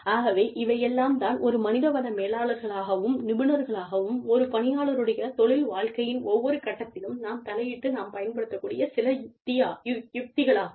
ஆகவே இவையெல்லாம் தான் ஒரு மனித வள மேலாளர்களாகவும் நிபுணர்களாகவும் ஒரு பணியாளருடைய தொழில் வாழ்க்கையின் ஒவ்வொரு கட்டத்திலும் நாம் தலையிட்டு நாம் பயன்படுத்தக் கூடிய சில யுக்திகளாகும்